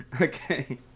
Okay